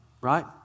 Right